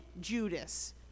Judas